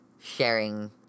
sharing